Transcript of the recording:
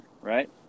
right